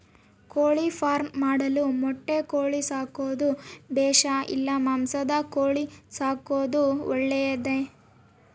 ಕೋಳಿಫಾರ್ಮ್ ಮಾಡಲು ಮೊಟ್ಟೆ ಕೋಳಿ ಸಾಕೋದು ಬೇಷಾ ಇಲ್ಲ ಮಾಂಸದ ಕೋಳಿ ಸಾಕೋದು ಒಳ್ಳೆಯದೇ?